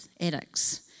addicts